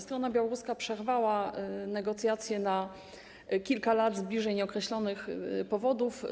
Strona białoruska przerwała negocjacje na kilka lat z bliżej nieokreślonych powodów.